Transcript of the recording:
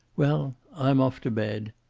well, i'm off to bed.